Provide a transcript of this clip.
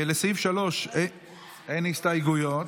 לסעיף 3 אין הסתייגויות,